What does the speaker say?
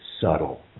subtle